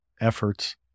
efforts